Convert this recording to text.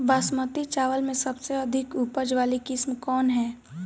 बासमती चावल में सबसे अधिक उपज वाली किस्म कौन है?